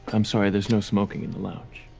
i'm sorry, there's no smoking in the lounge.